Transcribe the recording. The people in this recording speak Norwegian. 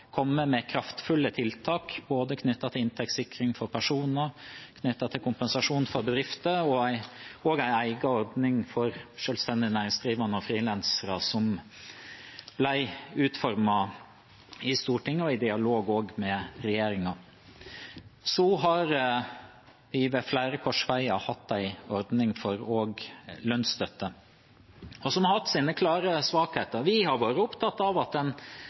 komme med kraftfulle tiltak både knyttet til inntektssikring for personer og knyttet til kompensasjon for bedrifter og en egen ordning for selvstendig næringsdrivende og frilansere, som ble utformet i Stortinget og i dialog også med regjeringen. Så har vi ved flere korsveier hatt en ordning også for lønnsstøtte, som har hatt sine klare svakheter. Vi har vært opptatt av at